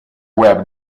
web